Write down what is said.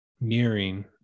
mirroring